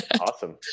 awesome